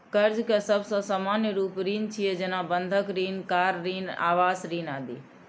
कर्ज के सबसं सामान्य रूप ऋण छियै, जेना बंधक ऋण, कार ऋण, आवास ऋण आदि